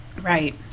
Right